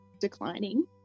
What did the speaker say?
declining